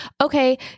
okay